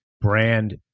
brand